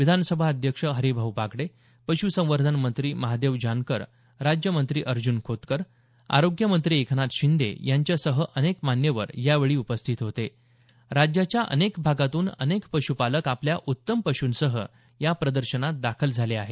विधानसभा अध्यक्ष हरिभाऊ बागडे पशूसंवर्धन मंत्री महादेव जानकर राज्यमंत्री अर्जन खोतकर आरोग्यमंत्री एकनाथ शिंदे यांच्यासह अनेक मान्यवर यावेळी उपस्थित होते राज्याच्या अनेक भागातून अनेक पशूपालक आपल्या उत्तम पशूंसह या प्रदर्शनात दाखल झाले आहेत